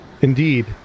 Indeed